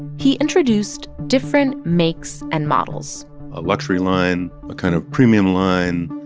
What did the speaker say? he introduced different makes and models a luxury line, a kind of premium line,